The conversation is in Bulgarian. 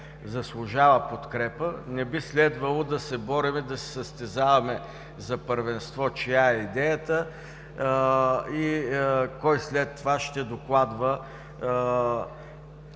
заслужава подкрепа, не би следвало да се борим, да се състезаваме за първенство чия е идеята и кой след това ще докладва